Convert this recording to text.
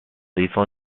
lethal